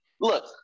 Look